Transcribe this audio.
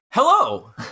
Hello